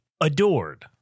Adored